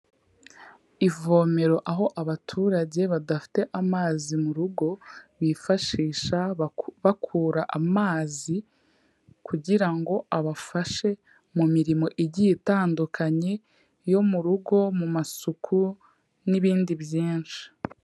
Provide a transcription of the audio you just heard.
Ivomero aho abaturage badafite amazi mu rugo bifashisha bakura amazi, kugira ngo abafashe mu mirimo igiye itandukanye yo mu rugo, mu masuku n'ibindi byinshi.